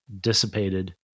dissipated